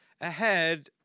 ahead